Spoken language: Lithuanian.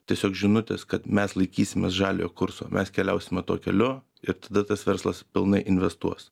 tiesiog žinutės kad mes laikysimės žaliojo kurso mes keliausime tuo keliu ir tada tas verslas pilnai investuos